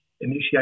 initiate